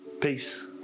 peace